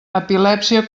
epilèpsia